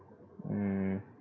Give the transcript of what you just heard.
mm